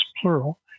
plural